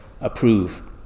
approve